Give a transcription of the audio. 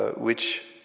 ah which,